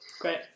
Great